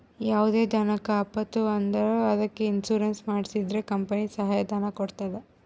ಯಾವುದೇ ದನಕ್ಕೆ ಆಪತ್ತು ಬಂದ್ರ ಅದಕ್ಕೆ ಇನ್ಸೂರೆನ್ಸ್ ಮಾಡ್ಸಿದ್ರೆ ಕಂಪನಿ ಸಹಾಯ ಧನ ಕೊಡ್ತದ